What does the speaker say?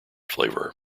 flavor